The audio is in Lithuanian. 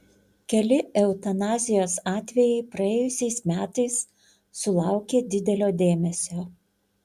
keli eutanazijos atvejai praėjusiais metais sulaukė didelio dėmesio